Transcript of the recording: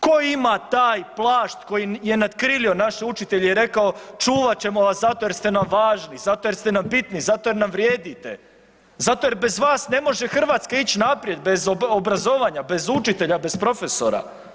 Ko ima taj plašt koji je natkrilio naše učitelje i rekao čuvat ćemo vas zato jer ste nam važni, zato jer ste nam bitni, zato jer nam vrijedite, zato jer bez vas Hrvatska ne može ići naprijed, bez obrazovanja, bez učitelja, bez profesora?